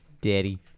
daddy